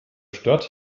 stadt